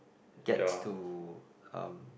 gets to um